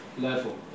level